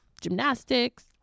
gymnastics